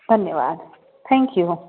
धन्यवाद thank U